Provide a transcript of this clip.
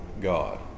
God